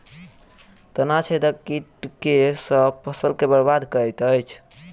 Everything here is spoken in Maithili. तना छेदक कीट केँ सँ फसल केँ बरबाद करैत अछि?